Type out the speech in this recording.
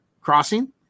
crossing